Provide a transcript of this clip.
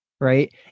right